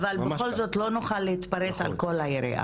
אבל בכל זאת לא נוכל להתפרס על כל היריעה.